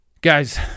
guys